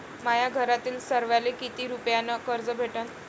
माह्या घरातील सर्वाले किती रुप्यान कर्ज भेटन?